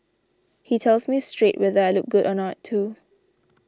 he tells me straight whether I look good or not too